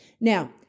Now